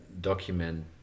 document